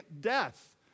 death